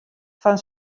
fan